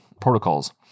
protocols